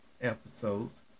episodes